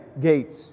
gates